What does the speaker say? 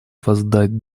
воздать